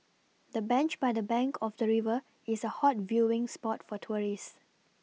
the bench by the bank of the river is a hot viewing spot for tourists